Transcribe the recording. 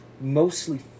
mostly